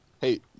hey